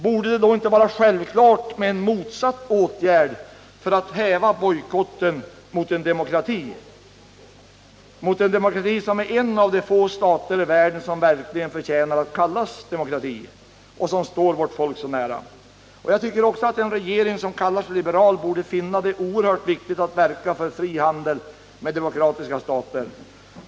Borde det då inte vara självklart med en motsatt åtgärd för att häva bojkotten mot en demokrati —-en demokrati som är en av de få stater i världen som förtjänar att kallas demokrati och som står vårt folk så nära? Jag tycker också att en regering som kallar sig liberal borde finna det oerhört viktigt att verka för fri handel med demokratiska stater.